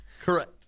Correct